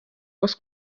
oes